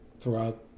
throughout